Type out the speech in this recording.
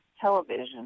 television